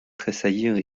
tressaillirent